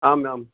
आम् आं